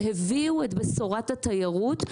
שהביאו את בשורת התיירות.